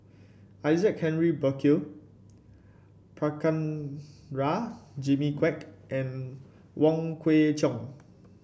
Isaac Canry Burkill Prabhakara Jimmy Quek and Wong Kwei Cheong